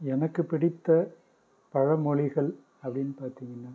எனக்கு பிடித்த பழமொழிகள் அப்படின்னு பார்த்திங்கன்னா